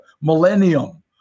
millennium